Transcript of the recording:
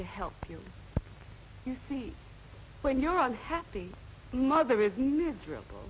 to help you see when you're on happy mother is miserable